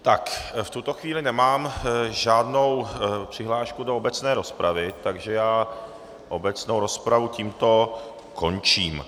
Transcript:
V tuto chvíli nemám žádnou přihlášku do obecné rozpravy, takže obecnou rozpravu tímto končím.